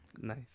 Nice